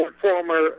former